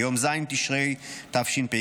ביום ז' בתשרי התשפ"ג,